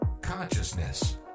consciousness